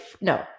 No